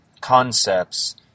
concepts